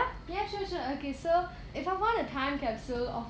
ya sure sure okay so if I found a time capsule of